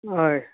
हय